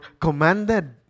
commanded